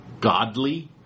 godly